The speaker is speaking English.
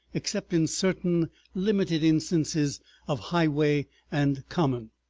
except in certain limited instances of highway and common.